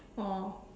oh